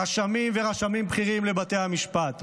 רשמים ורשמים בכירים לבתי המשפט,